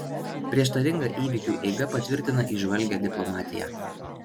prieštaringa įvykių eiga patvirtina įžvalgią diplomatiją